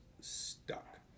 stuck